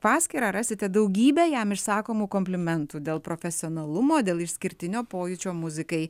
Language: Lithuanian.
paskyrą rasite daugybę jam išsakomų komplimentų dėl profesionalumo dėl išskirtinio pojūčio muzikai